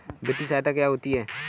वित्तीय सहायता क्या होती है?